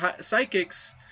psychics